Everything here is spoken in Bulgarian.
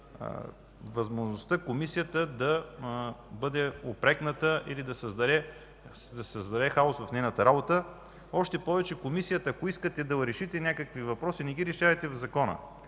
възможността Комисията да бъде упрекната или да се създаде хаос в нейната работа. Ако искате да решите някакви въпроси, не ги решавайте в закона.